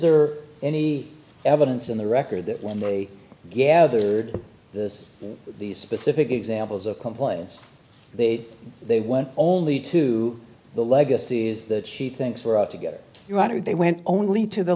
there any evidence in the record that when they gathered this these specific examples of complaints they did they went only to the legacies that she thinks were up to get you out or they went only to the